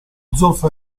zolfo